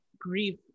grief